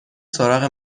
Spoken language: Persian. سراغ